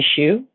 issue